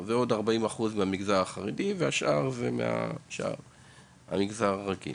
אז עוד 40% הם מהמגזר החרדי והשאר הם מהמגזר הרגיל.